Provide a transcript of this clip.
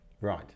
Right